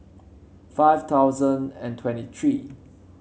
five thousand and twenty three